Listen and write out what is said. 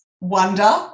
wonder